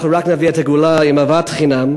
אנחנו נביא את הגאולה רק עם אהבת חינם.